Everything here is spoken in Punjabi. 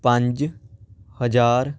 ਪੰਜ ਹਜ਼ਾਰ